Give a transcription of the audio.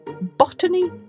Botany